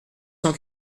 cent